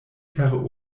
per